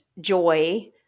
joy